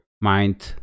Mind